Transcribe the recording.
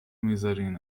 میذارین